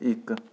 ਇੱਕ